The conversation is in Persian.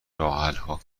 راهحلها